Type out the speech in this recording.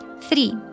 Three